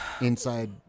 inside